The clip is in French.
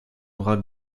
bras